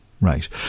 Right